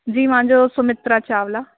जी मुंहिंजो सुमित्रा चावला